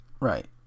Right